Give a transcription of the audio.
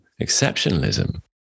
exceptionalism